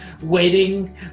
waiting